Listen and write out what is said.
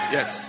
Yes